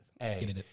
Hey